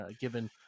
given